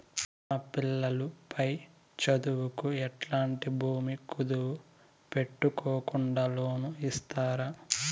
మా పిల్లలు పై చదువులకు ఎట్లాంటి భూమి కుదువు పెట్టుకోకుండా లోను ఇస్తారా